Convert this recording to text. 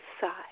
side